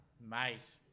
mate